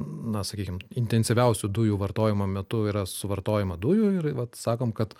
na sakykim intensyviausiu dujų vartojimo metu yra suvartojama dujų ir vat sakom kad